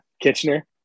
kitchener